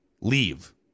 leave